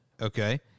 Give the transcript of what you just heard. Okay